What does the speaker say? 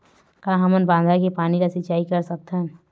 का हमन बांधा के पानी ले सिंचाई कर सकथन?